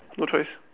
no choice